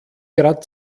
grad